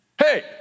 Hey